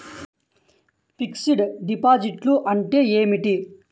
Fixed డిపాజిట్లు అంటే ఏమిటి?